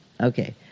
Okay